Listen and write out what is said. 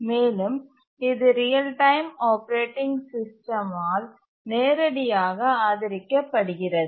மேலும் இது real time operating system ஆல் நேரடியாக ஆதரிக்கப்படுகிறது